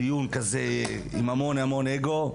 דיון כזה עם המון אגו,